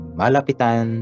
malapitan